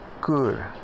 good